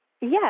Yes